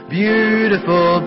beautiful